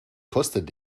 kostet